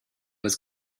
was